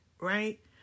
right